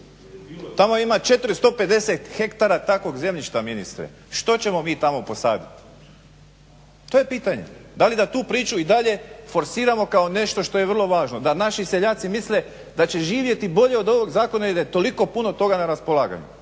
Tamo ima 450 ha takvog zemljišta ministre. Što ćemo mi tamo posaditi? To je pitanje. Da li da tu priču i dalje forsiramo kao nešto što je vrlo važno, da naši seljaci misle da će živjeti bolje od ovog zakona i da je toliko puno toga na raspolaganju.